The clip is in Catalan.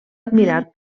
admirat